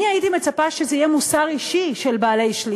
אני הייתי מצפה שזה יהיה מוסר אישי של בעלי שליטה.